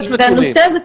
יש נתונים.